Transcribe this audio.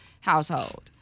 household